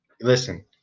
listen